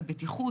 על בטיחות.